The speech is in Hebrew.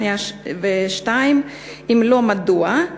2. אם לא, מדוע?